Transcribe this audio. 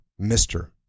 Mr